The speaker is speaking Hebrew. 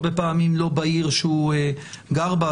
הרבה פעמים לא בעיר שהוא גר בה,